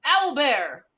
owlbear